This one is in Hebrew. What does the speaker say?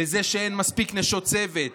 לזה שאין מספיק נשות צוות?